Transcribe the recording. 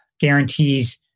guarantees